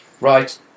right